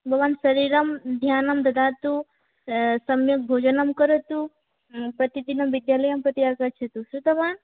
भवान् शरीरं ध्यानं ददातु सम्यक् भोजनं करोतु प्रतिदिनं विद्यालयम्प्रति आगच्छतु श्रुतं वा